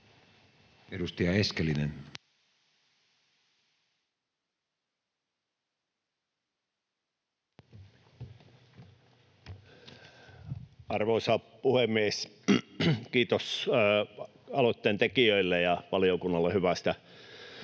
Content: Arvoisa puhemies! Kiitos aloitteiden tekijöille ja valiokunnalle hyvästä